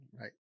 right